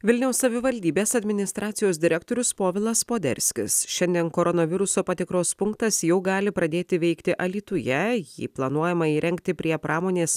vilniaus savivaldybės administracijos direktorius povilas poderskis šiandien koronaviruso patikros punktas jau gali pradėti veikti alytuje jį planuojama įrengti prie pramonės